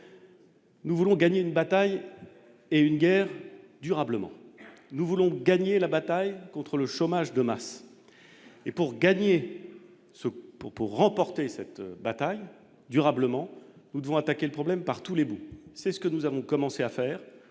Nous voulons gagner une bataille et une guerre durablement nous voulons gagner la bataille contre le chômage de masse et pour gagner ce pour pour remporter cette bataille durablement nous devons attaquer le problème par tous les bouts, c'est ce que nous avons commencé à faire